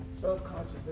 subconscious